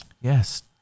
Yes